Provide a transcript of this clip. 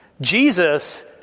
Jesus